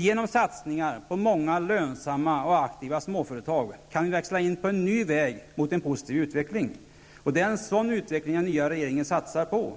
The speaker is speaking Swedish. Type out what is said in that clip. Genom satsningar på många lönsamma och aktiva småföretag kan vi växla in på en ny väg mot en positiv utveckling. Det är en sådan utveckling som den nya regeringen satsar på.